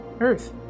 Earth